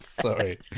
Sorry